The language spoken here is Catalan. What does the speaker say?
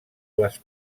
les